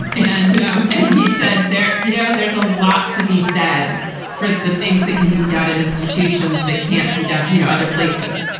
and and and he said there, you know, there's a lot to be said for the things that can be done in institutions that can't be done. you know, other places.